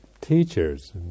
teachers